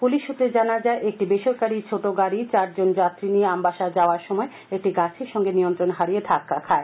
police সুত্রে জানা যায় একটি বেসরকারী ছোট গাডী চারজন যাত্রী নিয়ে আমবাসা যাওয়ার সময় একটি গাছের সঙ্গে নিয়ন্ত্রণ হারিয়ে ধাক্কা খায়